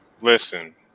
listen